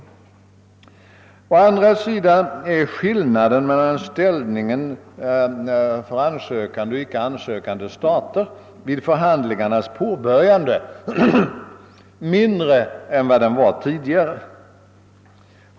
Å andra sidan är skillnaden mellan ställningen för ansökande och för icke ansökande stater vid förhandlingarnas påbörjande mind re nu än vad den var tidigare.